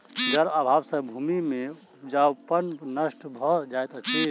जल अभाव सॅ भूमि के उपजाऊपन नष्ट भ जाइत अछि